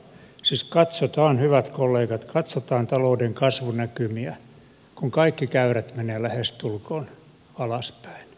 siis katsotaan hyvät kollegat katsotaan talouden kasvunäkymiä kun kaikki käyrät menevät lähestulkoon alaspäin